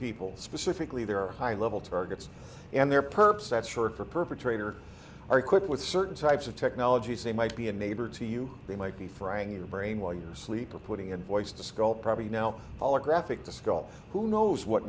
people specifically there are high level targets and their purpose that's short for perpetrator are equipped with certain types of technologies they might be a neighbor to you they might be frying your brain while you sleep or putting in voice to skull probably now all a graphic to sculpt who knows what